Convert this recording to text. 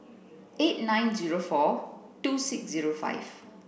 eight nine zero four two six zero five